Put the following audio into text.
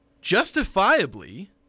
justifiably